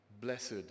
blessed